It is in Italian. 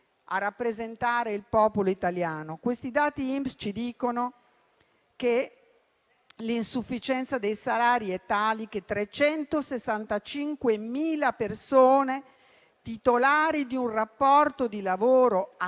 a rappresentare il popolo italiano. Il dato INPS ci dice che l'insufficienza dei salari è tale che 365.000 persone titolari di un rapporto di lavoro attivo